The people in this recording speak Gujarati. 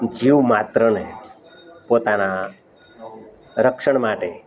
જીવ માત્રને પોતાના રક્ષણ માટે